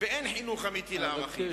באין חינוך אמיתי לערכים